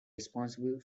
responsible